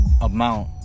amount